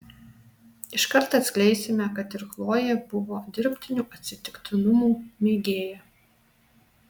iškart atskleisime kad ir chlojė buvo dirbtinių atsitiktinumų mėgėja